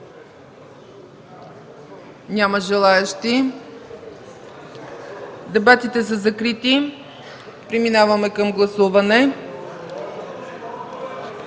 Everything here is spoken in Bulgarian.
Няма. Дебатите са закрити. Преминаваме към гласуване.